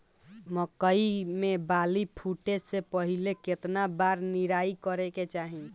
मकई मे बाली फूटे से पहिले केतना बार निराई करे के चाही?